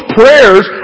prayers